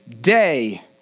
day